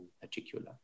particular